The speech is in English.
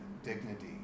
dignity